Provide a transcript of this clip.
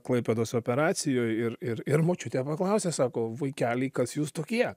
klaipėdos operacijoj ir ir ir močiutė paklausė sako vaikeliai kas jūs tokie